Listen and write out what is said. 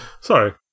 Sorry